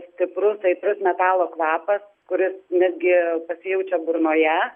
stiprus aitrus metalo kvapas kuris netgi pasijaučia burnoje